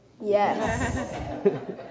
Yes